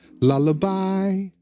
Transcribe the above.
lullaby